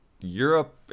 Europe